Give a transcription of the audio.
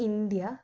India